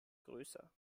größer